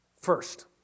First